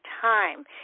Time